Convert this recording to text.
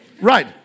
Right